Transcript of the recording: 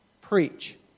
Preach